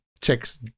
checks